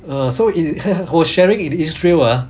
uh so he was sharing in israel ah